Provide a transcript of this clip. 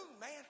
man